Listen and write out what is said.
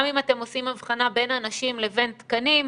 גם אם אתם עושים הבחנה בין אנשים לבין תקנים,